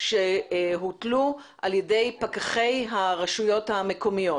שהוטלו על ידי פקחי הרשויות המקומיות.